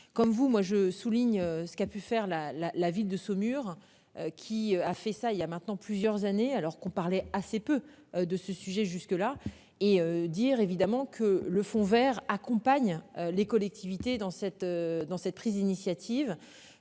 comme vous moi je souligne, ce qui a pu faire la la la ville de Saumur qui a fait ça il y a maintenant plusieurs années alors qu'on parlait assez peu de ce sujet jusque-là et dire évidemment que le fond Vert accompagne les collectivités dans cette, dans cette prise d'initiative.